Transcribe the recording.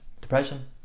Depression